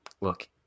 Look